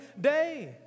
day